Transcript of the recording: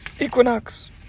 equinox